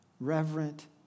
reverent